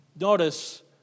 notice